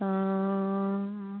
অঁ